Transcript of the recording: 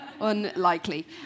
Unlikely